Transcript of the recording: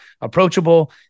approachable